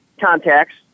contacts